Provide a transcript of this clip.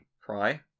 cry